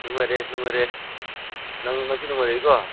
ꯅꯨꯡꯉꯥꯏꯔꯦ ꯅꯨꯡꯉꯥꯏꯔꯦ ꯅꯪ ꯅꯪꯁꯨ ꯅꯨꯡꯉꯥꯏꯔꯤꯀꯣ